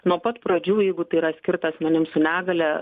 nuo pat pradžių jeigu tai yra skirta asmenim su negalia